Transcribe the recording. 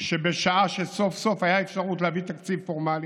שבשעה שסוף-סוף הייתה אפשרות להביא תקציב פורמלי,